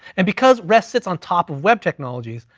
and because rest sits on top of web technologies,